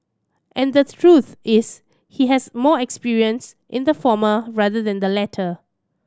and the truth is he has more experience in the former rather than the latter